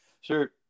sure